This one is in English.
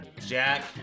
Jack